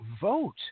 vote